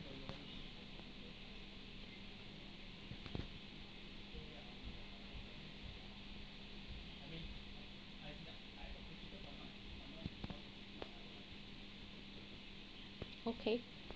okay